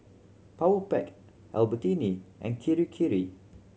Powerpac Albertini and Kirei Kirei